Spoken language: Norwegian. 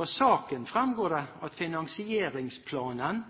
Av saken fremgår det at av finansieringsplanen